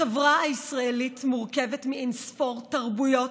החברה הישראלית מורכבת מאין-ספור תרבויות,